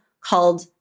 called